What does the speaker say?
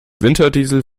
winterdiesel